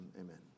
amen